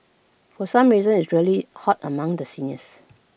for some reason is really hot among the seniors